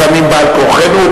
לפעמים בעל כורחנו,